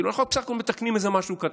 כאילו אנחנו בסך הכול מתקנים איזה משהו קטן.